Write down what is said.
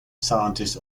scientists